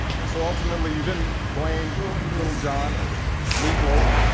and so ultimately, you didn't blame lil' jon or meatloaf.